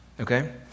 Okay